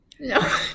No